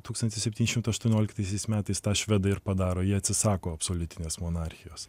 tūkstantis septyni šimtai aštuonioliktais metais tą švedai ir padaro jie atsisako absoliutinės monarchijos